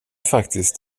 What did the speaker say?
faktiskt